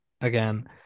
again